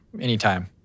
Anytime